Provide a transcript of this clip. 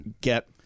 get